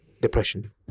depression